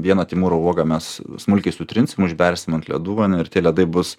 vieną timūro uogą mes smulkiai sutrinsim užbersim ant ledų va ir tie ledai bus